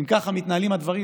אם ככה מתנהלים הדברים,